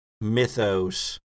mythos